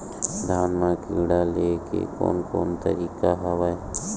धान ल कीड़ा ले के कोन कोन तरीका हवय?